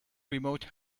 remote